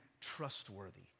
trustworthy